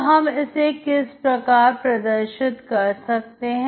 तो हम इसे किस प्रकार प्रदर्शित कर सकते हैं